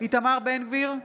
איתמר בן גביר,